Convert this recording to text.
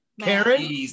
Karen